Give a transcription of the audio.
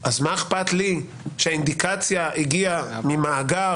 אז מה אכפת לי שהאינדיקציה הגיעה ממאגר